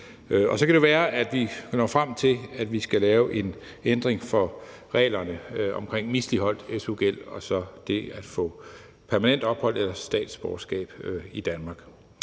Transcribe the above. Så kan det jo være, at vi når frem til, at vi skal lave en ændring af reglerne om misligholdt su-gæld og så det at få permanent ophold eller statsborgerskab i Danmark.